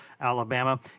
Alabama